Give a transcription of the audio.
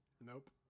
Nope